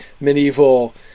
medieval